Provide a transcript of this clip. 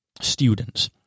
students